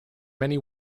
many